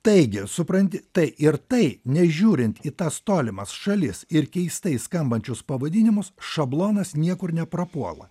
taigi supranti tai ir tai nežiūrint į tas tolimas šalis ir keistai skambančius pavadinimus šablonas niekur neprapuola